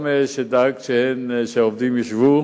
גם דאגת שהעובדים ישבו